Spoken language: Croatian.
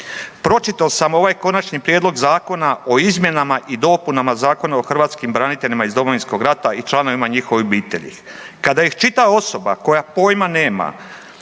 Pročitao sam ovaj Konačni prijedlog zakona o izmjenama i dopunama Zakona o hrvatskim braniteljima iz Domovinskog rata i članovima njihove obitelji. Kada ih čita osoba koja pojma nema